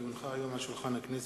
כי הונחה היום על שולחן הכנסת,